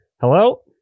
Hello